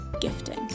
gifting